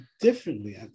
differently